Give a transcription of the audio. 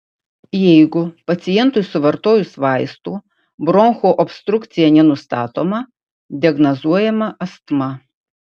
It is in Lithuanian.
jeigu pacientui suvartojus vaistų bronchų obstrukcija nenustatoma diagnozuojama astma